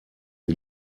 die